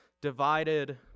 divided